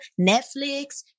Netflix